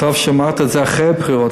טוב שאמרת את זה אחרי הבחירות.